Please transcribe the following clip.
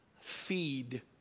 feed